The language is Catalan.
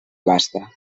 vasta